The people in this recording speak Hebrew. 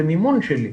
במימון שלי.